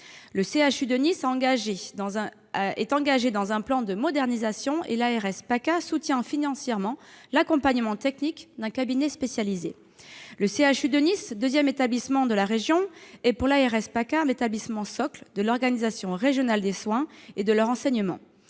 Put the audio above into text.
Le CHU de Nice est engagé dans un plan de modernisation et l'ARS PACA soutient financièrement l'accompagnement technique d'un cabinet spécialisé. Le CHU de Nice, deuxième établissement de la région, est pour l'ARS PACA un établissement socle de l'organisation régionale des soins et de leur enseignement.